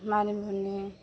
मानि मुनि